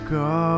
go